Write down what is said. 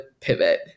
pivot